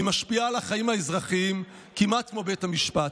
היא משפיעה על החיים האזרחיים כמעט כמו בית המשפט.